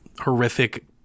horrific